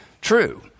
true